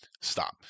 stop